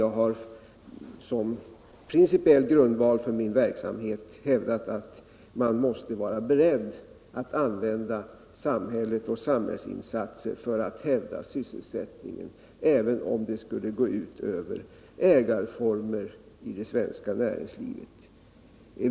Jag har som principiell grundval för min verksamhet haft att man måste vara beredd att använda samhällsinsatser för att hävda sysselsättningen, även om det skulle gå ut över ägarformer i det svenska näringslivet.